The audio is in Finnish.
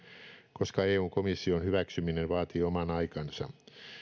koska eun komission hyväksyminen vaatii oman aikansa